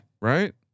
Right